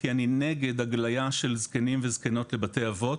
כי אני נגד הגליה של זקנים וזקנות לבתי אבות